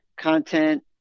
content